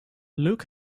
luke